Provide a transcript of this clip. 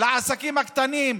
לעסקים הקטנים,